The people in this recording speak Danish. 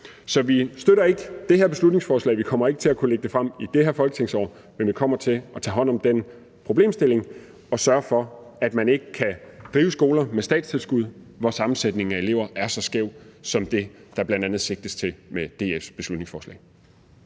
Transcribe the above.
Så vi støtter ikke det her beslutningsforslag og kommer ikke til at kunne lægge noget frem i det her folketingsår. Men vi kommer til at tage hånd om den problemstilling og sørge for, at man ikke kan drive skoler med statstilskud, hvor sammensætningen af elever er så skæv, hvilket er det, der bl.a. sigtes til med DF's beslutningsforslag.